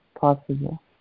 possible